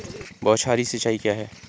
बौछारी सिंचाई क्या होती है?